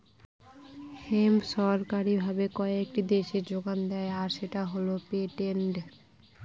hemp সরকারি ভাবে কয়েকটি দেশে যোগান দেয় আর সেটা পেটেন্টেড